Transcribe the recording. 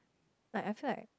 like I feel like